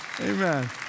Amen